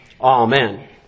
Amen